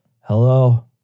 Hello